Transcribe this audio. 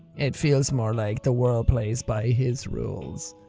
it feels more like the world plays by his rules.